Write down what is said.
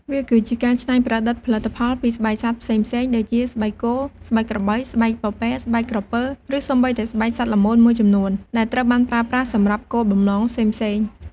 វាគឺជាការច្នៃប្រឌិតផលិតផលពីស្បែកសត្វផ្សេងៗ ដូចជា ស្បែកគោ ស្បែកក្របី ស្បែកពពែ ស្បែកក្រពើ ឬសូម្បីតែស្បែកសត្វល្មូនមួយចំនួន ដែលត្រូវបានប្រើប្រាស់សម្រាប់គោលបំណងផ្សេងៗ។